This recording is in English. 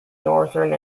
northern